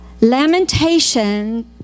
Lamentation